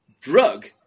drug